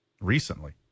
Recently